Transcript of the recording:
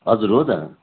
हजुर हो त